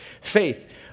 Faith